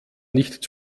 nicht